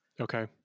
Okay